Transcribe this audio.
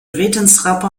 wetenschapper